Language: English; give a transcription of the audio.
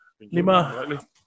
Lima